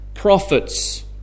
Prophets